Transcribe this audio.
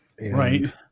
Right